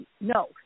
no